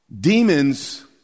Demons